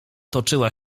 toczyła